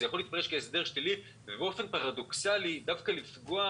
זה יכול להתפרש כהסדר שלילי ובאופן פרדוקסלי דווקא לפגוע